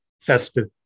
festive